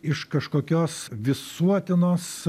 iš kažkokios visuotinos